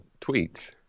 tweets